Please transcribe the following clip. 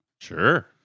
Sure